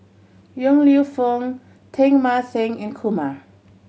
Yong Lew Foong Teng Mah Seng and Kumar